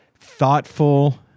thoughtful